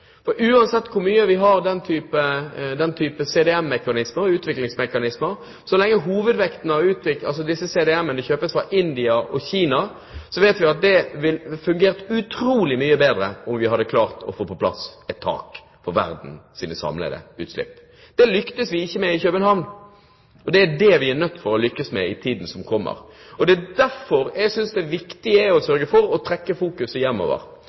verden. Uansett hvor mye CDM-mekanismer og utviklingsmekaniser vi har, og så lenge hovedvekten av CDM-ene kjøpes fra India og Kina, vet vi at det ville fungert utrolig mye bedre om vi hadde klart å få på plass et tak for verdens samlede utslipp. Det lyktes vi ikke med i København, og det er det vi er nødt til å lykkes med i tiden som kommer. Det er derfor jeg synes det er viktig å sørge for å trekke fokuset hjemover.